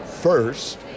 first